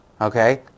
Okay